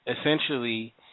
essentially